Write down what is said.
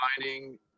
finding